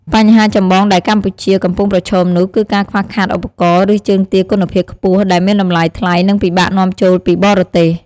បញ្ហាចម្បងដែលកម្ពុជាកំពុងប្រឈមនោះគឺការខ្វះខាតឧបករណ៍ ឬជើងទាគុណភាពខ្ពស់ ដែលមានតម្លៃថ្លៃ និងពិបាកនាំចូលពីបរទេស។